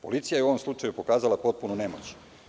Policija je u ovom slučaju pokazala potpunu nemoć.